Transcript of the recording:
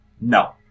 No